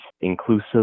inclusive